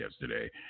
yesterday